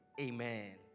amen